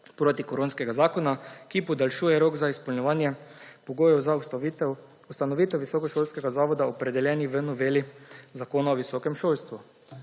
protikoronskega zakona, ki podaljšuje rok za izpolnjevanje pogojev za ustanovitev visokošolskega zavoda, opredeljenega v noveli Zakona o visokem šolstvu.